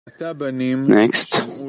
Next